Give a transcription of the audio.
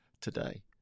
today